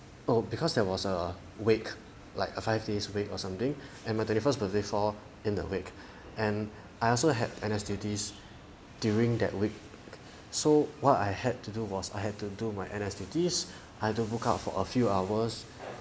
oh because there was a wake like a five days a wake or something and my twenty first falls in the wake and I also have N_S duties during that week so what I had to do was I had to do my N_S duties I don't book out for a few hours